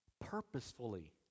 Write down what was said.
purposefully